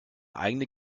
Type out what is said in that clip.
eigene